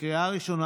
עברה בקריאה שלישית,